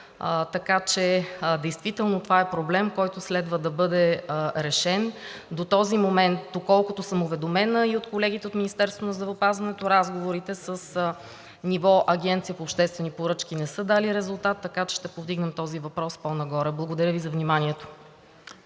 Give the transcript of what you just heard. Така че действително това е проблем, който следва да бъде решен. До този момент, доколкото съм уведомена и от колегите от Министерството на здравеопазването, разговорите на ниво Агенцията по обществени поръчки не са дали резултат, така че ще повдигнем този въпрос по-нагоре. Благодаря Ви за вниманието.